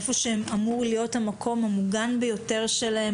איפה שאמור להיות המקום המוגן ביותר שלהם,